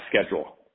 schedule